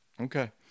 okay